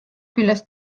küljest